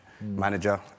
manager